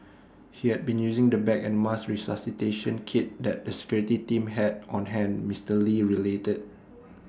he had been using the bag and mask resuscitation kit that the security team had on hand Mister lee related